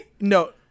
No